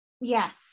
yes